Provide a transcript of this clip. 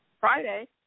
Friday